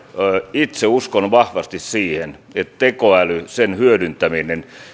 itse uskon vahvasti siihen että tekoälyn hyödyntäminen